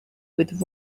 with